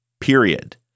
period